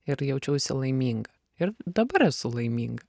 ir jaučiausi laiminga ir dabar esu laiminga